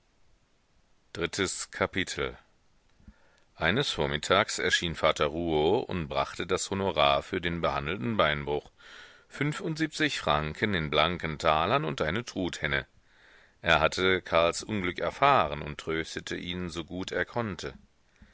drittes kapitel eines vormittags erschien vater rouault und brachte das honorar für den behandelten beinbruch fünfundsiebzig franken in blanken talern und eine truthenne er hatte karls unglück erfahren und tröstete ihn so gut er konnte